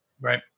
Right